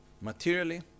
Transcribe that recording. Materially